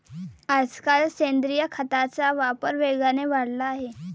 आजकाल सेंद्रिय खताचा वापर वेगाने वाढला आहे